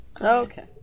Okay